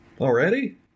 Already